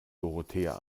dorothea